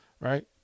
Right